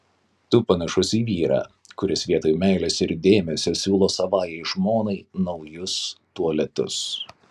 tu panašus į vyrą kuris vietoj meilės ir dėmesio siūlo savajai žmonai naujus tualetus